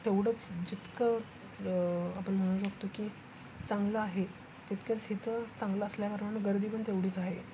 तेवढंच जितकं आपण म्हणू शकतो की चांगलं आहे तितकंच इथं चांगलं असल्या कारण गर्दी पण तेवढीच आहे